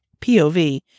POV